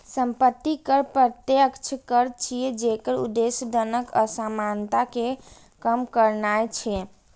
संपत्ति कर प्रत्यक्ष कर छियै, जेकर उद्देश्य धनक असमानता कें कम करनाय छै